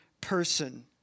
person